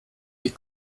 wie